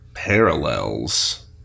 Parallels